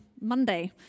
Monday